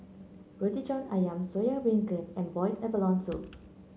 Roti John ayam Soya Beancurd and Boiled Abalone Soup